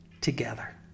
together